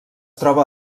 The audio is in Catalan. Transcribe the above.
troba